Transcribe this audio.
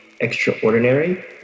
extraordinary